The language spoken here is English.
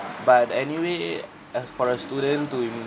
but anyway as for a student to